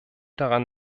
daran